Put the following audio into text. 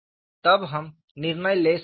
तब हम निर्णय ले सकते हैं